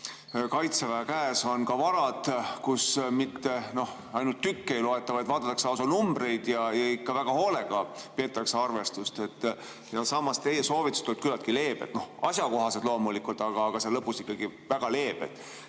Kaitseväe käes on ka varad, kus mitte ainult tükke ei loeta, vaid vaadatakse lausa numbreid ja ikka väga hoolega peetakse arvestust. Samas teie soovitused olid küllaltki leebed, asjakohased loomulikult, aga seal lõpus ikkagi väga leebed.